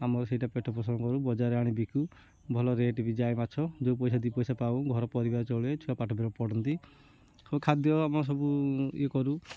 ଆମର ସେଇଟା ପେଟ ପୋଷଣ କରୁ ବଜାରରେ ଆଣି ବିକୁ ଭଲ ରେଟ୍ ବି ଯାଏ ମାଛ ଯେଉଁ ପଇସା ଦୁଇ ପଇସା ପାଉ ଘର ପରିବାର ଚଳେ ଛୁଆ ପାଠ ପଢ଼ନ୍ତି ଆଉ ଖାଦ୍ୟ ଆମ ସବୁ ଇଏ କରୁ